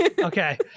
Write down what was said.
okay